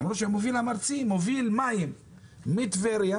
מוביל מים מטבריה